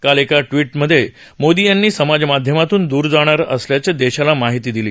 काल एका ट्विटमध्ये मोदी यांनी समाजमाध्यमांपासून दूर जाणार असल्याची देशाला माहिती दिली